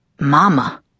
Mama